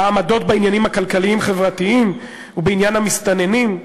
העמדות בעניינים הכלכליים-חברתיים ובעניין המסתננים.